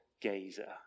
gazer